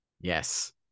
Yes